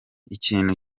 ikintu